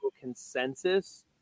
Consensus